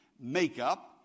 makeup